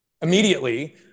Immediately